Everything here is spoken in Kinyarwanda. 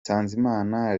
nsanzimana